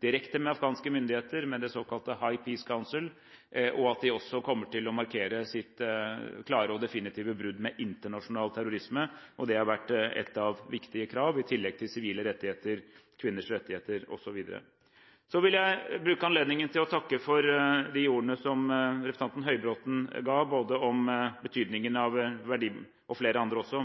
direkte med afghanske myndigheter, med det såkalte High Peace Council, og at de også kommer til å markere sitt klare og definitive brudd med internasjonal terrorisme. Det har vært et av de viktige krav, i tillegg til sivile rettigheter, kvinners rettigheter osv. Jeg vil bruke anledningen til å takke for de ordene som representanten Høybråten og flere andre ga både om betydningen av